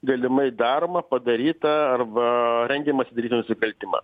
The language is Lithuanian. galimai daromą padarytą arba rengiamasi daryti nusikaltimą